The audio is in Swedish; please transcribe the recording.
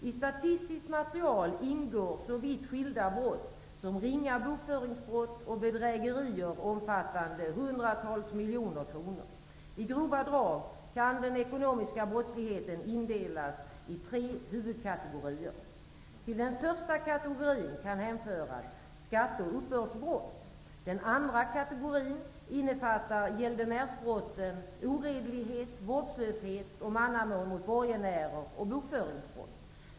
I statistiskt material ingår så vitt skilda brott som ringa bokföringsbrott och bedrägerier omfattande hundratals miljoner kronor. I grova drag kan den ekonomiska brottsligheten indelas i tre huvudkategorier. Till den första kategorin kan hänföras skatte och uppbördsbrott. Den andra kategorin innefattar gäldenärsbrotten oredlighet, vårdslöshet och mannamån mot borgenärer samt bokföringsbrott.